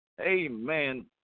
Amen